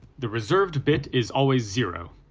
the reserved bit is always zero.